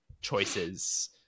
choices